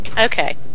Okay